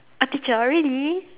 a teacher really